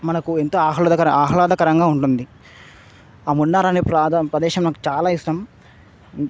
మనకు ఎంతో ఆహ్లాదకర ఆహ్లాదకరంగా ఉంటుంది మున్నారనే ప్రాంతం ప్రదేశం నాకు చాలా ఇష్టం